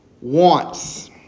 Wants